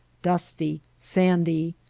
dusty, sandy.